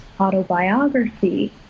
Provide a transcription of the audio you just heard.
autobiography